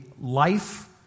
life